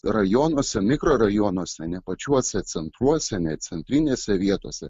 rajonuose mikrorajonuose ne pačiuose centruose ne centrinėse vietose